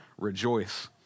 rejoice